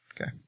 Okay